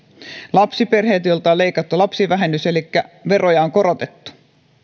lapsiperheet joilta on leikattu lapsivähennys elikkä veroja on korotettu